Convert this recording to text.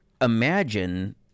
imagine